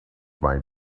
might